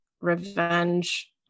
revenge